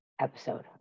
episode